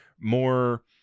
more